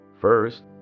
First